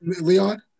Leon